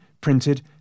printed